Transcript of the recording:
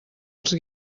els